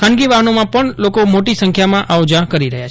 ખાનગી વાફનોમાં પણ લોકો મોટી સંખ્યામાં આવ જા કરી રહ્યા છે